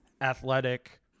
athletic